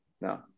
No